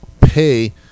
pay